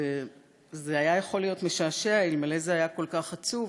זה היה יכול להיות משעשע אלמלא זה היה כל כך עצוב,